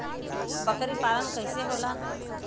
बकरी पालन कैसे होला?